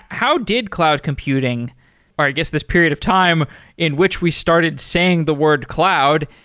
how did cloud computing or i guess this period of time in which we started saying the word cloud.